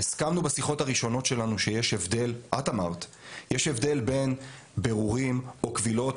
הסכמנו בשיחות הראשונות שלנו שיש הבדל בין בירורים או קבילות